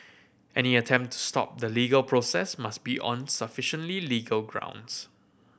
any attempt to stop the legal process must be on sufficiently legal grounds